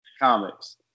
comics